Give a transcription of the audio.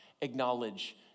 acknowledge